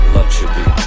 Luxury